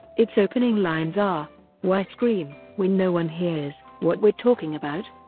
its opening lines are why scream when no one hears what we're talking about?